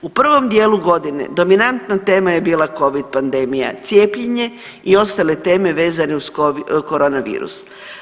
U prvom dijelu godine dominantna tema je bila Covid pandemija, cijepljenje i ostale teme vezane uz korona virus.